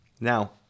Now